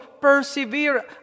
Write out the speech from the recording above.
persevere